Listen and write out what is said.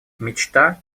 мечта